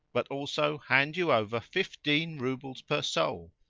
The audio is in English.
but also hand you over fifteen roubles per soul.